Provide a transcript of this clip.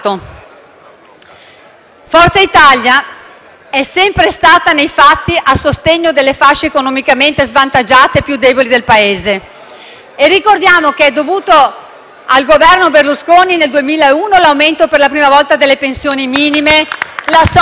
Forza Italia è sempre stata nei fatti a sostegno delle fasce economicamente svantaggiate e più deboli del Paese. Ricordiamo che si devono al Governo Berlusconi, nel 2001, l'aumento per la prima volta delle pensioni minime, la *social card* e